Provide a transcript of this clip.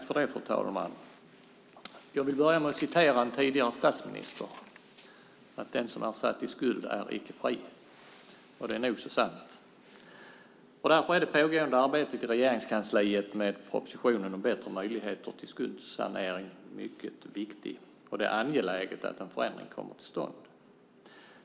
Fru talman! Jag vill börja med att citera en tidigare statsminister: "Den som är satt i skuld är icke fri." Det är nog så sant. Därför är det pågående arbetet i Regeringskansliet med propositionen om bättre möjligheter till skuldsanering mycket viktigt, och det är angeläget att en förändring kommer till stånd.